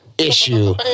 Issue